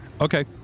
Okay